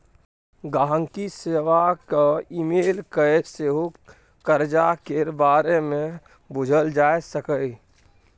गांहिकी सेबा केँ इमेल कए सेहो करजा केर बारे मे बुझल जा सकैए